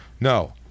No